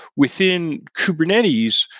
within kubernetes,